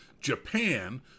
Japan